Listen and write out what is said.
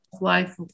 life